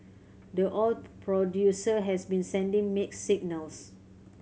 the oil producer has been sending mixed signals